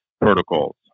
protocols